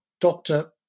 doctor